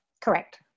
correct